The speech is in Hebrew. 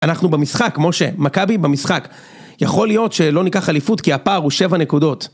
אנחנו במשחק, משה, מכבי במשחק. יכול להיות שלא ניקח אליפות כי הפער הוא 7 נקודות.